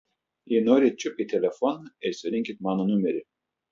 jei norit čiupkit telefoną ir surinkit mano numerį